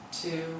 two